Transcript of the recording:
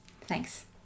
Thanks